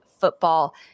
football